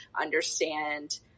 understand